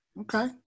Okay